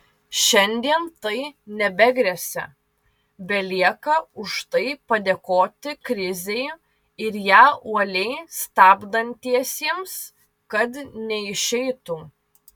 šiandien tai nebegresia belieka už tai padėkoti krizei ir ją uoliai stabdantiesiems kad neišeitų